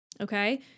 okay